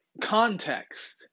context